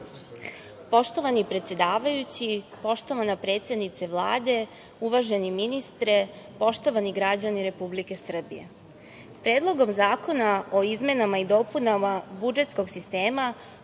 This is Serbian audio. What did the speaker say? Poštovani predsedavajući, poštovana predsednice Vlade, uvaženi ministre, poštovani građani Republike Srbije, Predlogom zakona o izmenama i dopunama budžetskog sistema